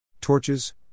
Torches